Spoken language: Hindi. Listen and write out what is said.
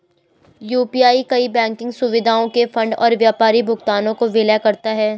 यू.पी.आई कई बैंकिंग सुविधाओं के फंड और व्यापारी भुगतानों को विलय करता है